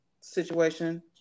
situation